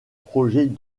projet